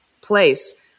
place